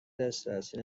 دسترسی